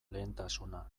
lehentasuna